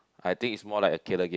I think it's more like a killer game